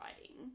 writing